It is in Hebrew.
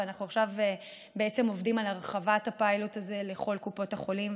ואנחנו עכשיו בעצם עובדים על הרחבת הפיילוט הזה לכל קופות החולים,